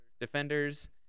defenders